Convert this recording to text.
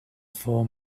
four